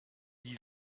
wie